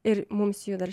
ir mums jų dar